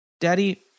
Daddy